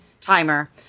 timer